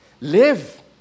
live